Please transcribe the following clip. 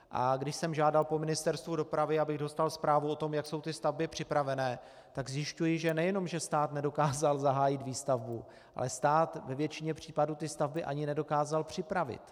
A když jsem žádal po Ministerstvu dopravy, abych dostal zprávu o tom, jak jsou ty stavby připraveny, tak zjišťuji, že nejenom že stát nedokázal zahájit výstavbu, ale stát ve většině případů ty stavby ani nedokázal připravit.